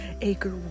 acre